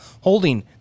holding